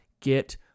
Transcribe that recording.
get